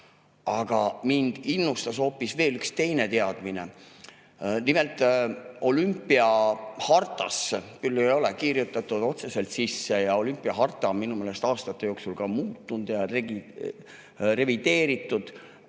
Aga mind innustas veel hoopis üks teine teadmine. Nimelt, olümpiahartasse küll ei ole kirjutatud otseselt sisse ja olümpiahartat on minu meelest aastate jooksul ka muudetud ja revideeritud,